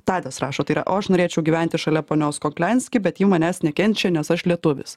tadas rašo tai yra o aš norėčiau gyventi šalia ponios koklianski bet ji manęs nekenčia nes aš lietuvis